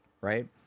Right